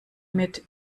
mit